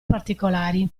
particolari